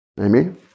Amen